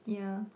yeah